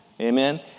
amen